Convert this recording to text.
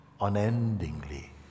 unendingly